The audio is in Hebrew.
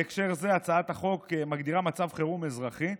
בהקשר זה הצעת החוק מגדירה "מצב חירום אזרחי"